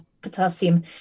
potassium